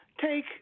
take